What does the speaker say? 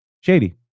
Shady